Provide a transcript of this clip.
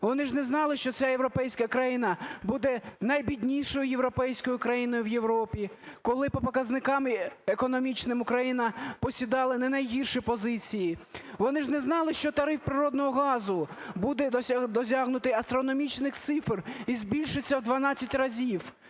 вони ж не знали, що ця європейська країна буде найбіднішою європейською країною в Європі, коли по показникам економічним Україна посідала не найгірші позиції. Вони ж не знали, що тариф природного газу буде досягнутий астрономічних цифр і збільшиться в 12 разів.